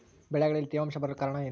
ಬೆಳೆಗಳಲ್ಲಿ ತೇವಾಂಶ ಬರಲು ಕಾರಣ ಏನು?